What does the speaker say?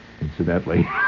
incidentally